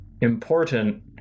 important